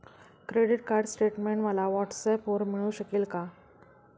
Credit card statement मला व्हॉट्सऍपवर मिळू शकेल का?